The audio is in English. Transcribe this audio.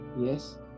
yes